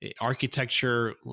Architecture